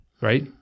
right